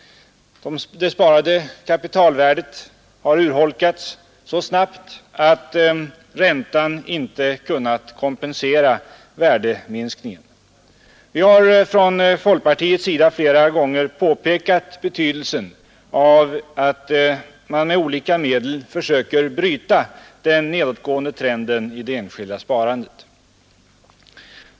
Det sparade kapitalvärdet har urholkats så snabbt att räntan inte kunnat kompensera värdeminskningen. Vi har från folkpartiet flera gånger påpekat betydelsen av att man med olika medel försöker bryta den nedåtgående trenden i det enskilda sparandet.